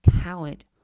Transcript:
talent